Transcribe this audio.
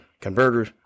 converters